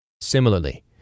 Similarly